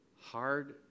Hard